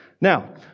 Now